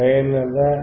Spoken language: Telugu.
సరియైనదా